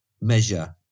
measure